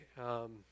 okay